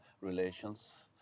relations